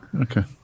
Okay